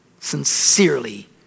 sincerely